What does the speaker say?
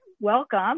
welcome